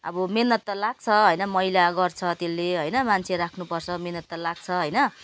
अब मेहनत त लाग्छ होइन मैला गर्छ त्यसले होइन मान्छे राख्नु पर्छ मेहनत त लाग्छ होइन